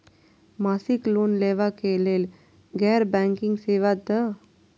मासिक लोन लैवा कै लैल गैर बैंकिंग सेवा द?